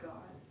God